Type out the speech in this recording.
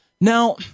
Now